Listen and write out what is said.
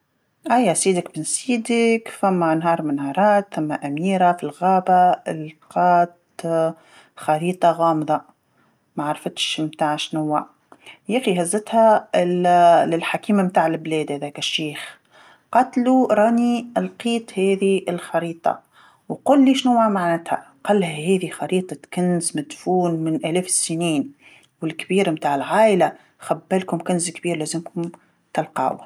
أيا سيدك بن سيدك، ثما نهار من النهارات ثما أميره في الغابه لقات خريطه غامضه، ماعرفتش نتاع شنوا، يخي هزتها للحكيم متاع البلاد هداك الشيخ، قاتلو راني لقيت هادي الخريطه وقلي شنوا معنتها، قالها هادي خريطة كنز مدفون من آلاف السنين، والكبير متاع العائلة خبالكم كنز كبير لازملكم تلقاوه.